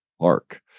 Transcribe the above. Park